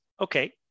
Okay